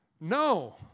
No